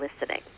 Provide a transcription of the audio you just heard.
listening